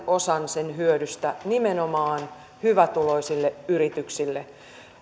osan sen hyödystä nimenomaan hyvätuloisille yrityksille